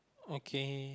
okay